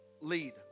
lead